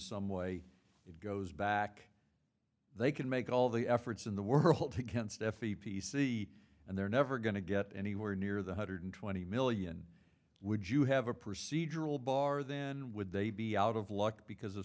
some way it goes back they can make all the efforts in the world he can stephy p c and they're never going to get anywhere near the hundred twenty million would you have a procedural bar then would they be out of luck because